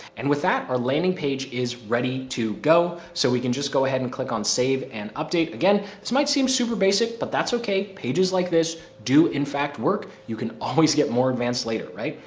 and with that, our landing page is ready to go. so we can just go ahead and click on save and update. again, this might seem super basic but that's okay. pages like this do in fact work. you can always get more advanced later, right?